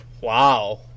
Wow